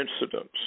incidents